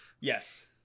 Yes